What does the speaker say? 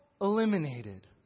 eliminated